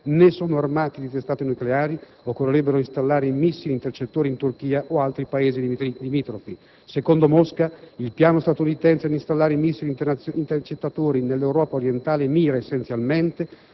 né sono armati di testate nucleari, occorrerebbe installare i missili intercettori in Turchia o in altri Paesi limitrofi. Secondo Mosca, il piano statunitense di installare missili intercettori nell'Europa orientale mira, essenzialmente,